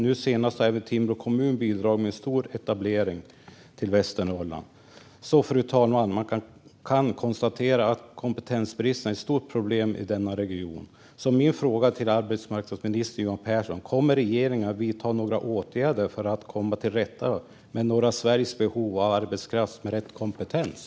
Nu senast har även Timrå kommun bidragit med en stor etablering till Västernorrland. Fru talman! Man kan konstatera att kompetensbristen är ett stort problem i denna region. Min fråga till arbetsmarknadsminister Johan Pehrson är: Kommer regeringen att vidta några åtgärder för att komma till rätta med norra Sveriges behov av arbetskraft med rätt kompetens?